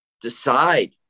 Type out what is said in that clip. decide